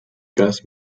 gas